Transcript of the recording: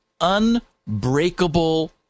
unbreakable